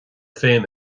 féin